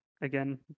again